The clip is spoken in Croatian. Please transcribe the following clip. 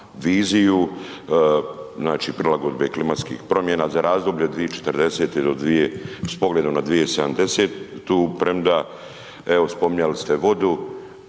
viziju, znači prilagodbe klimatskih promjena za razdoblje 2040. do, s pogledom na 2070., premda evo spominjali ste vodu,